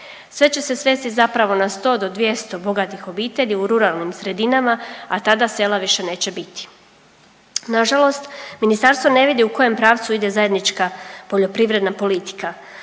Sve će se svesti zapravo na 100 do 200 bogatih obitelji u ruralnim sredinama, a tada sela više neće biti. Nažalost Ministarstvo ne vidi u kojem pravcu ide zajednička poljoprivredna politika.